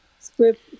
script